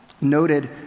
noted